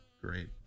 great